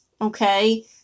Okay